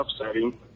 upsetting